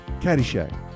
Caddyshack